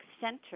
center